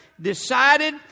decided